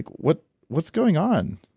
what's what's going on?